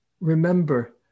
Remember